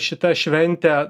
šita šventė